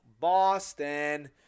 Boston